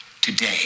today